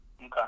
okay